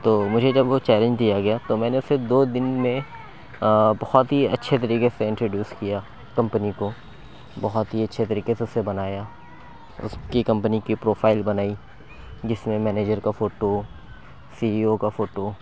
تو مجھے جب وہ چیلنج دیا گیا تو میں نے پھر دو دن میں بہت ہی اچھے طریقے سے انٹروڈیوس کیا کمپنی کو بہت ہی اچھے طریقے سے اسے بنایا اس کی کمپنی کی پروفائل بنائی جس میں مینیجر کا فوٹو سی ای او کا فوٹو